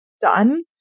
done